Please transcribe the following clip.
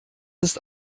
ist